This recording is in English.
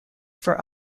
for